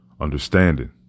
understanding